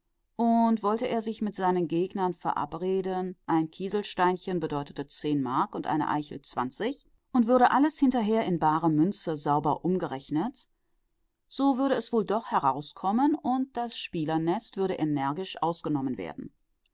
und wollte er sich mit seinen gegnern verabreden ein kieselsteinchen bedeute zehn mark und eine eichel zwanzig und würde alles hinterher in bare münze sauber umgerechnet so würde es wohl doch herauskommen und das spielernest würde energisch ausgenommen